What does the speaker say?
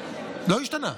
לא השתנה.